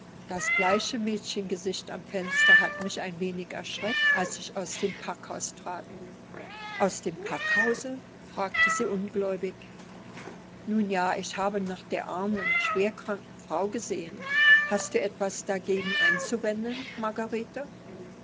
das bleiche mädchengesicht am fenster hat mich ein wenig erschreckt als ich aus dem packhause trat aus dem packhause fragte sie ungläubig nun ja ich habe nach der armen schwerkranken frau gesehen hast du etwas dagegen einzuwenden margarete